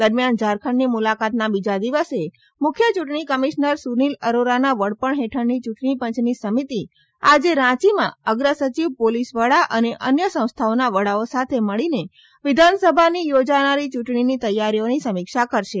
દરમ્યાન ઝારખંડની મુલાકાતના બીજા દિવસે મુખ્ય ચૂંટણી કમિશનર સુનિલ અરોરાના વડપણ હેઠળની યૂંટણી પંચની સમિતિ આજે રાંચીમાં અગ્રસચિવ પોલીસ વડા અને અન્ય સંસ્થાઓના વડાઓ સાથે મળીને વિધાનસભાની યોજાનારી ચૂંટણીની તૈયારીઓની સમિક્ષા કરશે